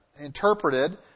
interpreted